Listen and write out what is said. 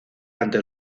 ante